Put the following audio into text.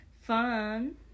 fun